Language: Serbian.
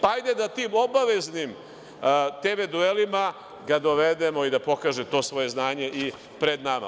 Hajde da tim obaveznim TV duelima ga dovedemo i da pokaže to svoje znanje i pred nama.